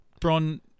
bron